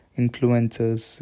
influencers